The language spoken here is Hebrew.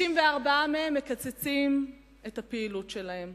54% מהם מקצצים את הפעילות שלהם